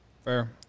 Fair